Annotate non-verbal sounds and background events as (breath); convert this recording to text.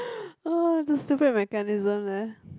(breath) the stupid mechanism leh